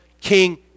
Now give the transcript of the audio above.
King